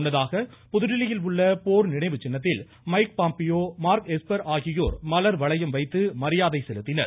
முன்னதாக புதுதில்லியில் உள்ள போர் நினைவுச்சின்னத்தில் மைக்பாம்பியோ மார்க் எஸ்பர் ஆகியோர் மலர்வளையம் வைத்து மரியாதை செலுத்தினர்